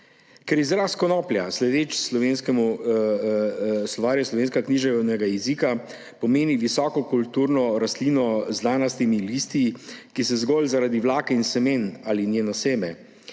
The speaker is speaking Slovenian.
Ker izraz konoplja sledeč Slovarju slovenskega knjižnega jezika pomeni visoko kulturno rastlino z dlanastimi listi, ki se goji zaradi vlaken in semena, ali njeno seme,